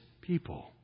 people